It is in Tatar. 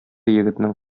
егетнең